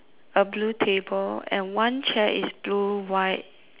a blue table and one chair is blue white